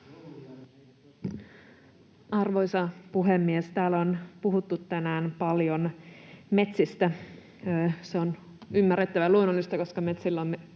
Arvoisa puhemies! Täällä on puhuttu tänään paljon metsistä. Se on ymmärrettävää ja luonnollista, koska metsillä on